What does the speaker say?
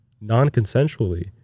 non-consensually